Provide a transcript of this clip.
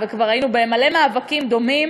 וכבר היינו במלא מאבקים דומים,